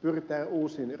pyritään uusiin ratayhteyksiin